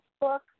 book